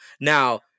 Now